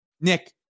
Nick